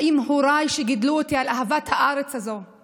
האם הוריי, שגידלו אותי על אהבת הארץ הזאת הם